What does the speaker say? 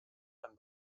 ein